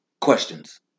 questions